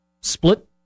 split